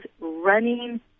running